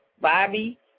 Bobby